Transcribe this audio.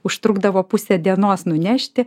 užtrukdavo pusę dienos nunešti